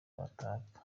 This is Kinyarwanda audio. bataka